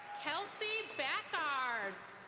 kelsey backarz.